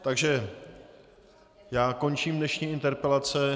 Takže končím dnešní interpelace.